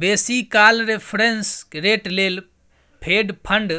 बेसी काल reference rate लेल फेड फंड